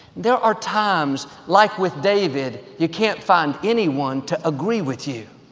there are times, like with david, you can't find anyone to agree with you.